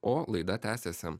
o laida tęsiasi